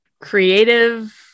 creative